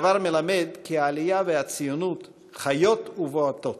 הדבר מלמד כי העלייה והציונות חיות ובועטות.